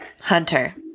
Hunter